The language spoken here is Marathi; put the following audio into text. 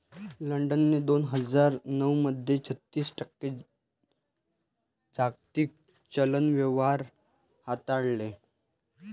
लंडनने दोन हजार नऊ मध्ये छत्तीस टक्के जागतिक चलन व्यवहार हाताळले